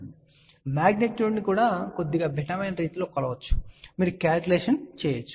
ఇప్పుడు మాగ్నిట్యూడ్ ను కూడా కొద్దిగా భిన్నమైన రీతిలో కొలవవచ్చు మీరు కాలిక్యులేషన్ చేయవచ్చు